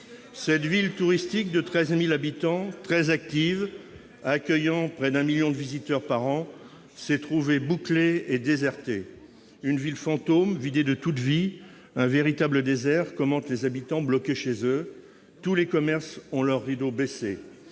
Cette ville touristique de 13 000 habitants, très active, accueillant près de 1 million de visiteurs par an, s'est trouvée bouclée et désertée. Une ville fantôme vidée de toute vie, un véritable désert, commentent les habitants bloqués chez eux. Tous les commerces ont leur rideau baissé.